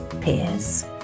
peers